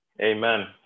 Amen